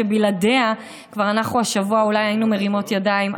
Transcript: שבלעדיה השבוע אולי היינו מרימות ידיים,